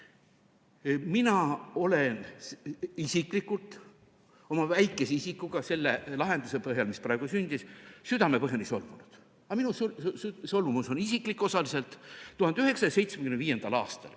Mina olen isiklikult, minu väikene isik on selle lahenduse peale, mis praegu sündis, südamepõhjani solvunud. Aga minu solvumus on isiklik vaid osaliselt. 1975. aastal,